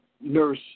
Nurse